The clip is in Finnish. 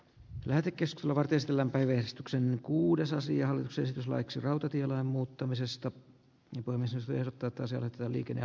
björkesto ovat esillä veistoksia kuudes asia jos esitys laiksi rautatiellä muuttamisesta ja toimisi se että pääsevät ikinä